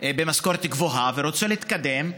במשכורת גבוהה ורוצה להתקדם,